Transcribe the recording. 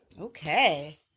Okay